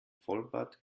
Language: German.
vollbart